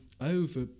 Over